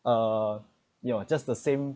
uh you know just the same